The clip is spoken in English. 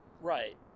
right